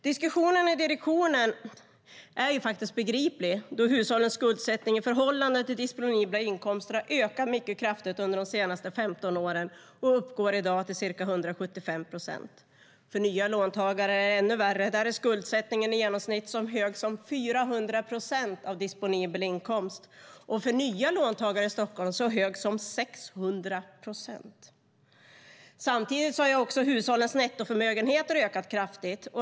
Diskussionen i direktionen är begriplig eftersom hushållens skuldsättning i förhållande till disponibla inkomster har ökat mycket kraftigt under de senaste 15 åren och i dag uppgår till ca 175 procent. För nya låntagare är det ännu värre. Där är skuldsättningen i genomsnitt så hög som 400 procent av disponibel inkomst, och för nya låntagare i Stockholm är den så hög som 600 procent. Samtidigt har också hushållens nettoförmögenheter ökat kraftigt.